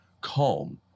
calm